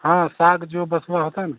हाँ साग जो बथुआ होता है न